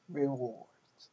rewards